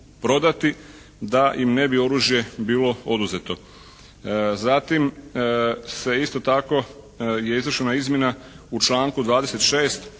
prodati da im ne bi oružje bilo oduzeto. Zatim se isto tako je izašla ona izmjena u članku 26.